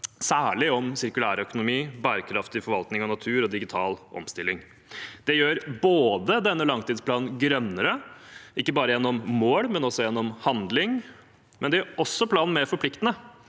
særlig om sirkulærøkonomi, bærekraftig forvaltning av natur og digital omstilling. Det gjør denne langtidsplanen grønnere, ikke bare gjennom mål, men også gjennom handling, og det gjør planen mer forpliktende,